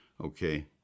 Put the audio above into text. okay